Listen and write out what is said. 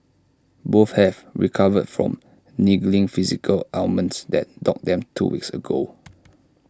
both have also recovered from niggling physical ailments that dogged them two weeks ago